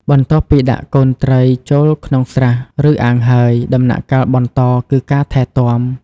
បន្ទាប់ពីដាក់កូនត្រីចូលក្នុងស្រះ ឬអាងហើយ ដំណាក់កាលបន្តគឺការថែទាំ។